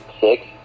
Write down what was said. six